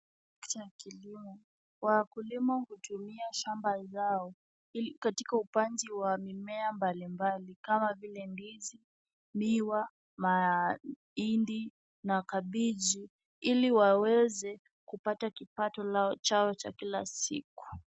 Katika kilimo, wakulima hutumia shamba zao, katika upanzi wa mimea mbalimbali kama vile ndizi, miwa, mahindi na kabeji ili waweze kupata kipato chao cha kila siku.